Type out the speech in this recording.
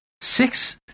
Six